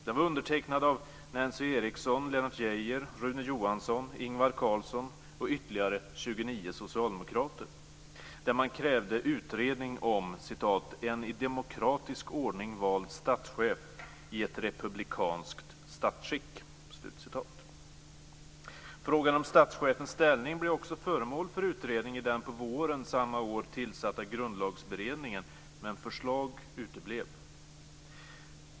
Den var undertecknad av Nancy Eriksson, Lennart Geijer, Rune Johansson, Ingvar Carlsson och ytterligare 29 socialdemokrater, där man krävde utredning om "en i demokratisk ordning vald statschef i ett republikanskt statsskick". Frågan om statschefens ställning blev också föremål för utredning i den på våren samma år tillsatta grundlagsberedningen, men förslag uteblev.